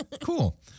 Cool